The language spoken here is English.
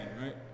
right